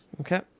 Okay